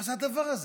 זה הדבר הזה?